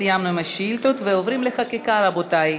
סיימנו עם השאילתות ואנחנו עוברים לחקיקה, רבותי.